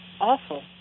awful